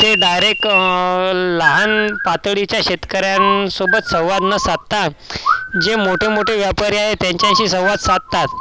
ते डायरेक लहान पातळीच्या शेतकऱ्यांसोबत संवाद न साधता जे मोठे मोठे व्यापारी आहे त्यांच्याशी संवाद साधतात